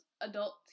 adult